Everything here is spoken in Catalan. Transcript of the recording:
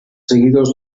seguidors